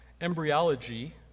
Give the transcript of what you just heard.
embryology